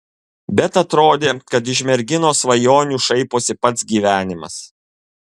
bet atrodė kad iš merginos svajonių šaiposi pats gyvenimas